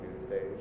Tuesdays